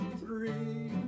three